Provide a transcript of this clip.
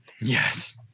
Yes